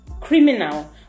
criminal